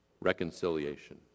reconciliation